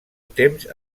temps